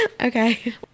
Okay